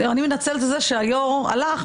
אני מנצלת את זה שהיו"ר הלך,